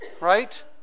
right